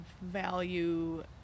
value